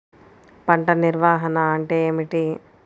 పంట నిర్వాహణ అంటే ఏమిటి?